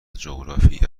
جغرافی